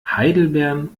heidelbeeren